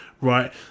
Right